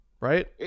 Right